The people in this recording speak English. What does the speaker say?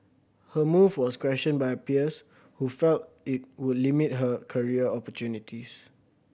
her move was questioned by her peers who felt it would limit her career opportunities